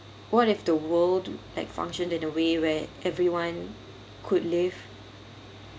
what if the world like functioned in a way where everyone could live